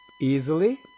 easily